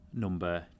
Number